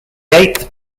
eighth